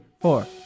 four